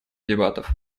дебатов